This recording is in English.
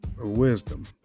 wisdom